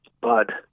Bud